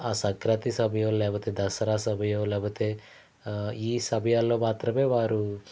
సంక్రాంతి సమయం లేకపోతే దసరా సమయం లేకపోతే ఈ సమయాల్లో మాత్రమే వారు